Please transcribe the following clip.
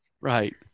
Right